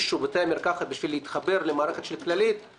על מספר דו ספרתי מתוך פוטנציאל גדול של בתי מרקחת.